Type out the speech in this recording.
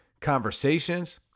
conversations